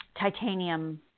titanium